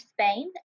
Spain